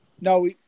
no